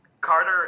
Carter